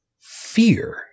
fear